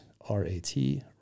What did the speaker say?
R-A-T